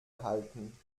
halten